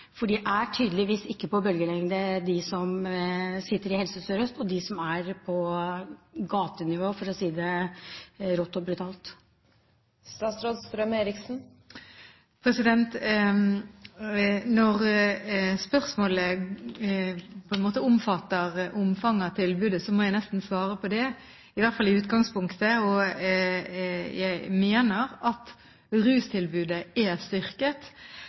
for Helse Sør-Øst? For de som sitter i Helse Sør-Øst, er tydeligvis ikke på bølgelengde med dem som er på gatenivå – for å si det rått og brutalt. Når spørsmålet omfatter omfanget av tilbudet – i hvert fall i utgangspunktet – må jeg nesten svare på det. Jeg mener at rustilbudet er styrket.